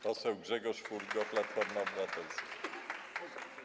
Poseł Grzegorz Furgo, Platforma Obywatelska.